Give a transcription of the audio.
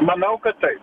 manau kad taip